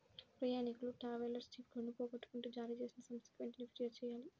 ప్రయాణీకులు ట్రావెలర్స్ చెక్కులను పోగొట్టుకుంటే జారీచేసిన సంస్థకి వెంటనే పిర్యాదు చెయ్యాలి